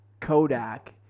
Kodak